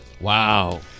Wow